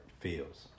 feels